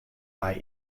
nei